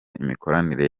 imikoranire